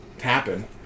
happen